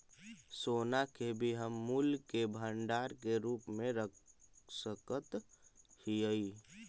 सोना के भी हम मूल्य के भंडार के रूप में रख सकत हियई